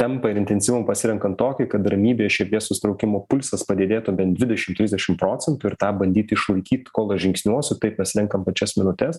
tempą ir intensyvumą pasirenkant tokį kad ramybėje širdies susitraukimo pulsas padidėtų bent dvidešim trisdešim procentų ir tą bandyti išlaikyt kol aš žingsniuosiu taip mes renkam pačias minutes